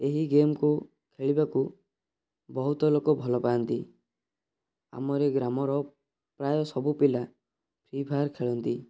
ଏହି ଗେମ୍ କୁ ଖେଳିବାକୁ ବହୁତ ଲୋକ ଭଲପାଆନ୍ତି ଆମରି ଗ୍ରାମର ପ୍ରାୟ ସବୁ ପିଲା ଫ୍ରି ଫାୟାର ଖେଳନ୍ତି